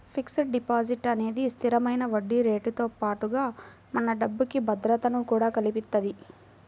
fixed deposit అనేది స్థిరమైన వడ్డీరేటుతో పాటుగా మన డబ్బుకి భద్రతను కూడా కల్పిత్తది